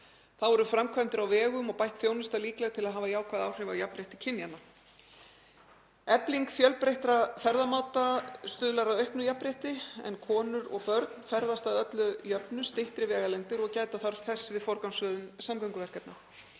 Þá eru framkvæmdir á vegum og bætt þjónusta líkleg til að hafa jákvæð áhrif á jafnrétti kynjanna. Efling fjölbreyttra ferðamáta stuðlar að auknu jafnrétti en konur og börn ferðast að öllu jöfnu styttri vegalengdir og gæta þarf þess við forgangsröðun samgönguverkefna.